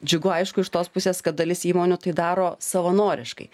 džiugu aišku iš tos pusės kad dalis įmonių tai daro savanoriškai